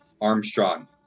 Armstrong